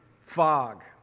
fog